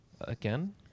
Again